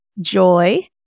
joy